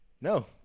no